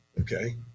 Okay